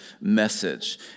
message